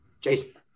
Jason